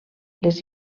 les